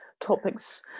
topics